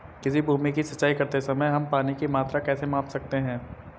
किसी भूमि की सिंचाई करते समय हम पानी की मात्रा कैसे माप सकते हैं?